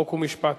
חוק ומשפט